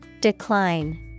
Decline